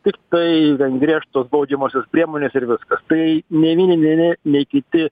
tiktai gan griežtos baudžiamosios priemonės ir viskas tai nei vieni nei nei nei kiti